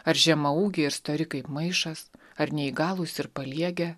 ar žemaūgiai ir stori kaip maišas ar neįgalūs ir paliegę